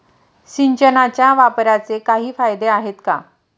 सिंचनाच्या वापराचे काही फायदे आहेत का?